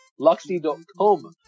Luxy.com